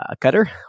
cutter